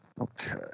Okay